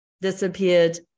disappeared